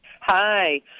Hi